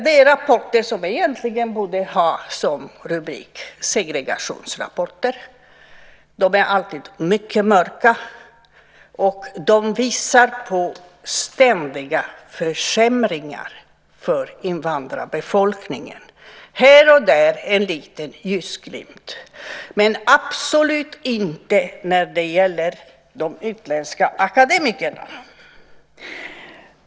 Det är rapporter som egentligen borde ha som rubrik Segregationsrapporter. De är alltid mycket mörka, och de visar på ständiga försämringar för invandrarbefolkningen. Här och där finns en liten ljusglimt, men absolut inte när det gäller de utländska akademikerna.